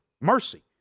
Mercy